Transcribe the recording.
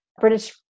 British